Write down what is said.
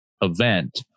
event